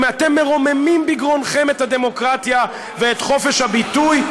אתם מרוממים בגרונכם את הדמוקרטיה ואת חופש הביטוי,